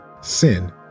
sin